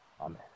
amen